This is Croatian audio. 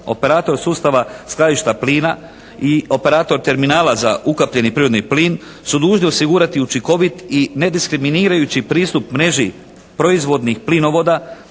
operator sustava skladišta plina i operator terminala za ukapljeni prirodni plin su dužni osigurati učinkovit i nediskriminirajući pristup mreži proizvodnih plinovoda,